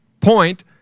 point